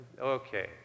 Okay